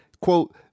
quote